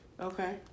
Okay